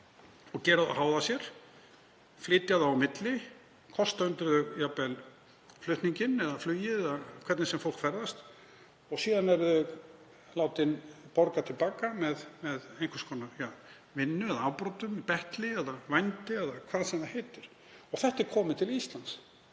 og gera flóttamenn háða sér, flytja þá á milli, kosta jafnvel undir þá flutninginn eða flugið eða hvernig sem fólk ferðast og síðan er fólkið látið borga til baka með einhvers konar vinnu eða afbrotum, betli eða vændi eða hvað sem það heitir. Þessi starfsemi er komin til Íslands